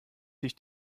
sich